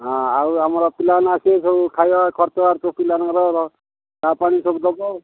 ହଁ ଆଉ ଆମର ପିଲାମାନେ ଆସିବେ ସବୁ ଖାଇବା ଖର୍ଚ୍ଚ ବାଚ ସବୁ ପିଲାମାନଙ୍କର ଚା' ପାଣି ସବୁ ଦେବ